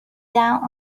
down